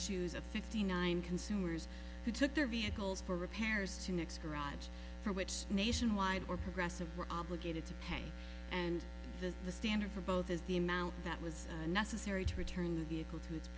shoes of fifty nine consumers who took their vehicles for repairs to next garage for which nationwide or progressive were obligated to pay and the the standard for both is the amount that was necessary to return the vehicle